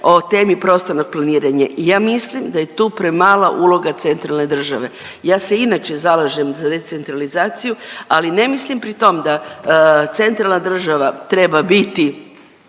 o temi prostornog planiranja, ja mislim da je tu premala uloga centralne države. Ja se inače zalažem za decentralizaciju, ali ne mislim pri tom da centralna država treba biti